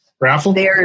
raffle